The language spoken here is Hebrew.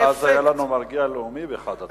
אבל אז היה לנו מרגיע לאומי באחת הפעמים.